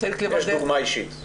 יש דוגמה אישית.